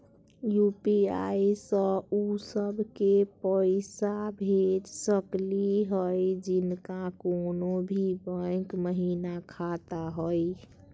UPI स उ सब क पैसा भेज सकली हई जिनका कोनो भी बैंको महिना खाता हई?